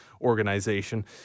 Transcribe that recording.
organization